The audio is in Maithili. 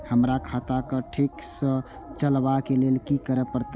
हमरा खाता क ठीक स चलबाक लेल की करे परतै